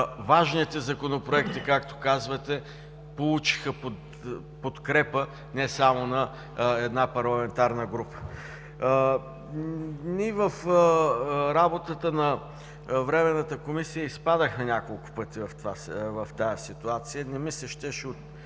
Важните законопроекти, както казвате, получиха подкрепа не само на една парламентарна група. Ние в работата на Временната комисия изпадахме няколко пъти в тази ситуация, не ми се щеше